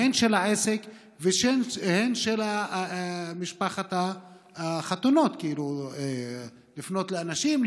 הן של העסק והן של משפחות החתונות לפנות לאנשים,